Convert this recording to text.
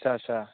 आदसा सा